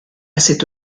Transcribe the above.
cette